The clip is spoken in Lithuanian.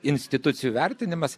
institucijų vertinimas